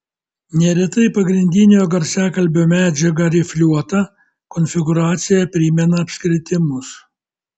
neretai pagrindinio garsiakalbio medžiaga rifliuota konfigūracija primena apskritimus